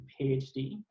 PhD